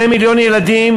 2 מיליון ילדים,